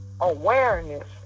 awareness